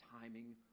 timing